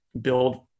build